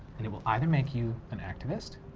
and, it will either make you an activist,